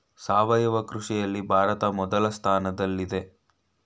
ಸಾವಯವ ಕೃಷಿಯಲ್ಲಿ ಭಾರತ ಮೊದಲ ಸ್ಥಾನದಲ್ಲಿದೆ